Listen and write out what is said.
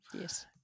Yes